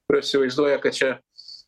kurios įsivaizduoja kad čia